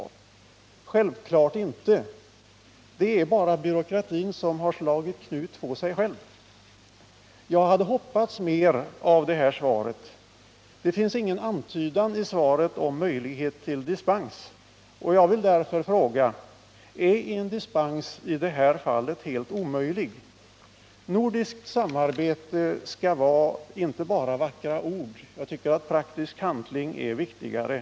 Så är det självfallet inte. Det är bara byråkratin som slagit knut på sig själv. Jag hade hoppats mer av svaret. Där finns ingen antydan om möjlighet till dispens, och jag vill därför fråga: Är en dispens i detta fall helt omöjlig? Nordiskt samarbete skall inte bara bestå av vackra ord. Jag tycker att praktisk handling är viktigare.